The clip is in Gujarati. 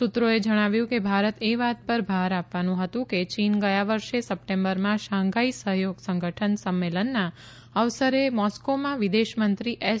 સૂત્રોએ જણાવ્યું કે ભારત એ વાત પર ભાર આપવાનું હતું કે ચીન ગયા વર્ષે સપ્ટેમ્બરમાં શાંઘાઇ સહયોગ સંગઠન સંમેલનના અવસરે મોસ્કોમાં વિદેશ મંત્રી એસ